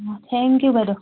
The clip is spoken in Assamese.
থেংক ইউ বাইদেউ